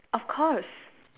of course